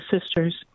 sisters